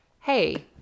hey